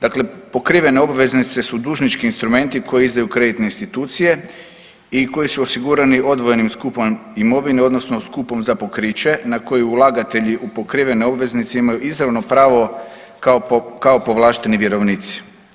Dakle, pokrivene obveznice su dužnički instrumenti koje izdaju kreditne institucije i koji su osiguranim odvojenim skupom imovine odnosno skupom za pokriće na koje ulagatelji u pokrivene obveznice imaju izravno pravo kao povlašteni vjerovnici.